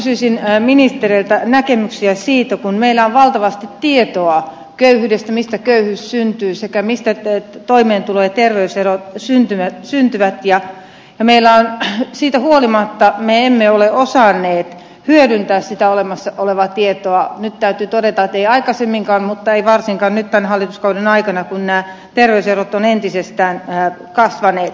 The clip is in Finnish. kysyisin ministereiltä näkemyksiä siitä että kun meillä on valtavasti tietoa köyhyydestä mistä köyhyys syntyy ja mistä toimeentulo ja terveyserot syntyvät siitä huolimatta me emme ole osanneet hyödyntää sitä olemassa olevaa tietoa ja nyt täytyy todeta että ei aikaisemminkaan mutta ei varsinkaan nyt tämän hallituskauden aikana kun terveyserot ovat entisestään kasvaneet